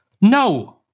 No